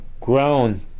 grown